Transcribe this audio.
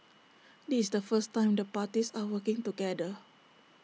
this the first time the parties are working together